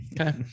Okay